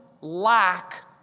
lack